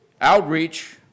outreach